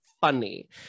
funny